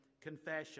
confession